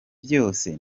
byose